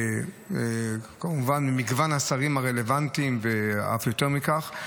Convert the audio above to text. כמובן עם מגוון השרים הרלוונטיים ואף יותר מכך.